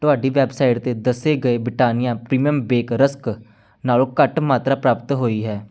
ਤੁਹਾਡੀ ਵੈੱਬਸਾਈਟ 'ਤੇ ਦੱਸੇ ਗਏ ਬ੍ਰਿਟਾਨੀਆ ਪ੍ਰੀਮੀਅਮ ਬੇਕ ਰਸਕ ਨਾਲੋਂ ਘੱਟ ਮਾਤਰਾ ਪ੍ਰਾਪਤ ਹੋਈ ਹੈ